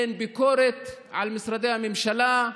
אין ביקורת על משרדי הממשלה,